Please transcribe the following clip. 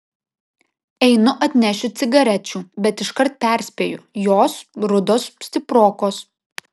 einu atnešiu cigarečių bet iškart perspėju jos rudos stiprokos